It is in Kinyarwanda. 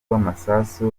rw’amasasu